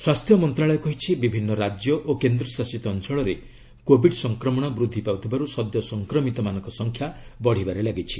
ସ୍ୱାସ୍ଥ୍ୟ ମନ୍ତ୍ରଣାଳୟ କହିଛି ବିଭିନ୍ନ ରାଜ୍ୟ ଓ କେନ୍ଦ୍ରଶାସିତ ଅଞ୍ଚଳରେ କୋବିଡ ସଂକ୍ରମଣ ବୃଦ୍ଧି ପାଉଥିବାରୁ ସଦ୍ୟ ସଂକ୍ରମିତମାନଙ୍କ ସଂଖ୍ୟା ବଢ଼ିବାରେ ଲାଗିଛି